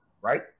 right